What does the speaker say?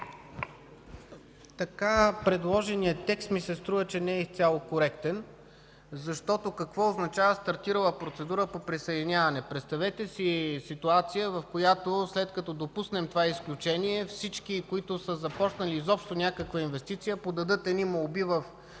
Така предложеният текст ми се струва, че не е изцяло коректен. Какво означава „стартирала процедура по присъединяване”? Представете си ситуация, в която след като допуснем това изключение, всички, които са започнали изобщо някаква инвестиция, подадат молби в